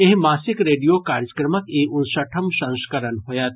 एहि मासिक रेडियो कार्यक्रमक ई उनसठम् संस्करण होयत